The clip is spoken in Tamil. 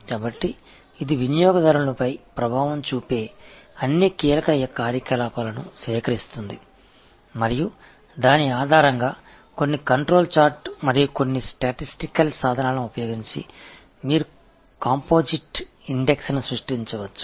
எனவே இது கஸ்டமரை பாதிக்கும் அனைத்து முக்கிய செயல்பாடுகளையும் ஏற்றுக்கொள்கிறது மற்றும் அதன் அடிப்படையில் சில கட்டுப்பாட்டு விளக்கப்படம் மற்றும் சில புள்ளிவிவர கருவிகளைப் பயன்படுத்தி நீங்கள் ஒரு கூட்டு குறியீட்டை உருவாக்கலாம்